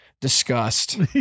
disgust